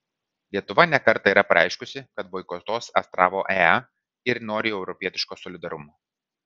lietuva ne kartą yra pareiškusi kad boikotuos astravo ae ir nori europietiško solidarumo